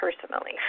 personally